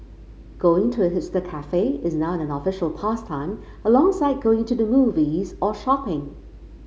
going to a hipster cafe is now an official pastime alongside going to the movies or shopping